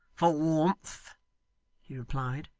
for warmth he replied,